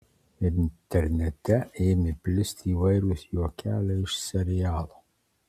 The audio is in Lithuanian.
internete ėmė plisti įvairūs juokeliai iš serialo